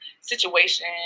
situation